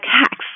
hacks